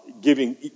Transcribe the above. giving